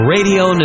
Radio